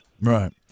Right